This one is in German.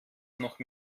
noch